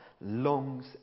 longs